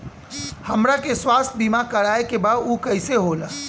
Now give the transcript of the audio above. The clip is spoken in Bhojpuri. हमरा के स्वास्थ्य बीमा कराए के बा उ कईसे होला?